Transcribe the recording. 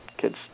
kids